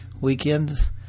weekends